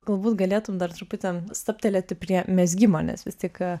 galbūt galėtum dar truputį stabtelėti prie mezgimo nes vis tik